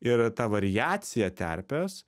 ir ta variacija terpės